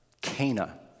Cana